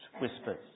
whispers